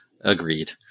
Agreed